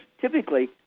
typically